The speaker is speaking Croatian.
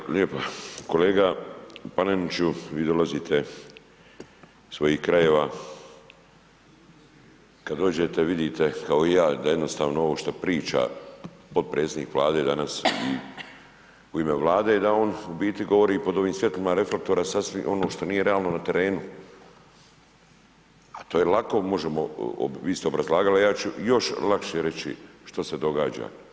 Hvala lijepa, kolega Paneniću vi dolazite iz svojih krajeva, kad dođete vidite kao i ja da jednostavno ovo što priča potpredsjednik Vlade danas u ime Vlade da on u biti govori pod ovim svjetlima reflektora sasvim ono što nije realno na terenu, a to je lako možemo, vi ste obrazlagali, a ja ću još lakše reći što se događa.